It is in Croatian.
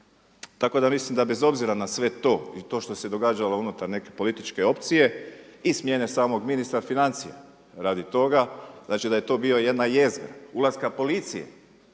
Tako da mislim da bez obzira na sve to i to što se događalo unutar neke političke opcije i smjene samog ministra financija radi toga znači da je to bila jedna jezgra ulaska policije